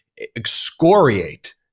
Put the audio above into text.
excoriate